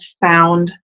found